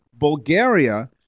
Bulgaria